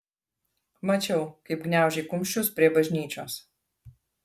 mačiau kaip gniaužei kumščius prie bažnyčios